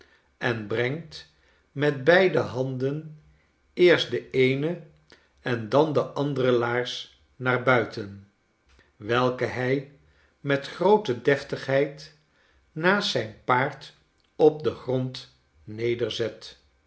en brengt met beide handen eerst de eene en dan de andere laars naar buiten welke hij met groote deftigheid naast zijn paard op den grond